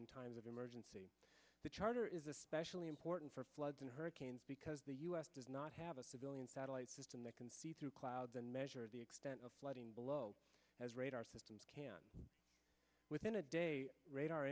in times of emergency the charter is especially important for floods and hurricanes because the u s does not have a civilian satellite system that can see through clouds and measure the extent of flooding below as radar systems within a day radar